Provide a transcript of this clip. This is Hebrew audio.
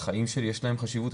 לחיים שלי יש להם חשיבות,